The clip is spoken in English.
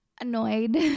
annoyed